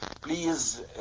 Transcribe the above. please